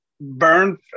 Burned